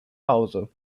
hause